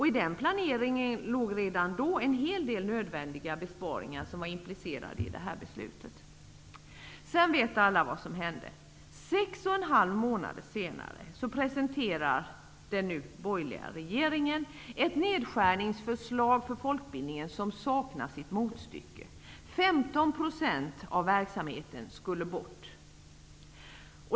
I den planeringen låg redan en hel del nödvändiga besparingar, som var implicerade i detta beslut. Sedan vet alla vad som hände. Sex och en halv månader senare presenterade regeringen ett nedskärningsförslag för folkbildningen som saknar sitt motstycke. 15 % av verksamheten skulle bort.